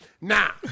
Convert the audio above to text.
Now